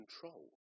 control